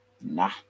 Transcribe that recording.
Nah